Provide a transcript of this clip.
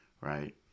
right